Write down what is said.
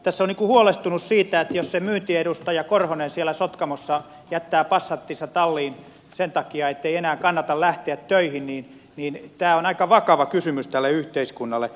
tässä olen huolestunut siitä että jos se myyntiedustaja korhonen siellä sotkamossa jättää passatinsa talliin sen takia ettei enää kannata lähteä töihin niin tämä on aika vakava kysymys tälle yhteiskunnalle